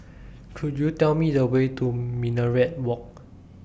Could YOU Tell Me The Way to Minaret Walk